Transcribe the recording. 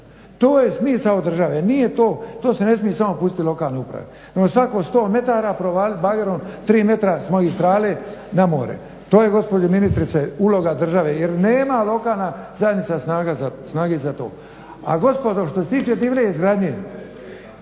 To je smisao države. Nije to, to se ne smije samo pustiti lokalnoj upravi. Na svako 100 metara provaliti bagerom, 3 metra sa magistrale na more. To je gospođo ministrice uloga države. Jer nema lokalna zajednica snage za to. A gospodo što se tiče divlje izgradnje,